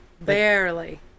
barely